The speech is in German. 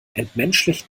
entmenschlicht